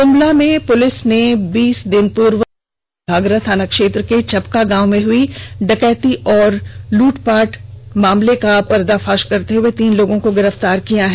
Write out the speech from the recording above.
Gumla police ने बीस दिन पूर्व घाघरा थाना क्षेत्र के चपका गांव में हुई डकैती व लूटपाट मामले का उद्भेदन करते हुए तीन लोगों को गिर पतार किया है